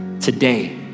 today